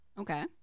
Okay